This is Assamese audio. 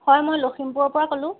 হয় মই লখিমপুৰৰ পৰা ক'লোঁ